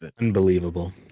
Unbelievable